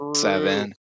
Seven